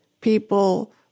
people